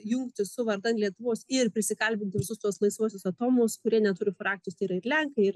jungtis su vardan lietuvos ir prisikalbinti visus tuos laisvuosius atomus kurie neturi frakcijos tai yra ir lenkai ir